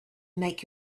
make